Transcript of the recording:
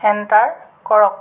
enter কৰক